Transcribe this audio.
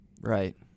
Right